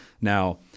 now